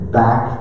back